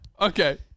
Okay